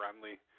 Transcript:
friendly